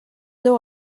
deu